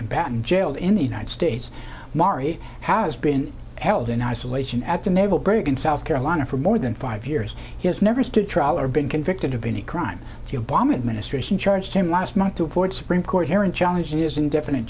combatant jailed in the united states mari has been held in isolation at the naval brig in south carolina for more than five years he has never stood trial or been convicted of any crime the obama administration charged him last month to avoid supreme court aaron challenges indefinite